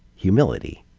humility.